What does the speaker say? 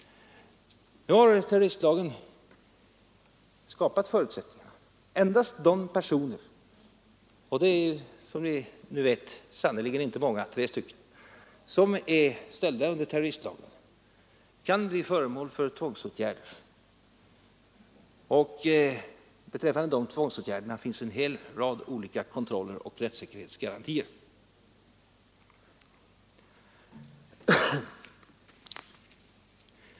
Nu har terroristlagen skapat förutsättningarna. Endast de personer — och de är sannerligen inte många, tre stycken — som är ställda under terroristlagen kan bli föremål för tvångsåtgärder, och beträffande de tvångsåtgärderna finns en hel rad olika kontroller och rättssäkerhetsgarantier.